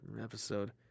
episode